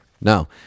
No